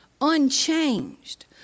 unchanged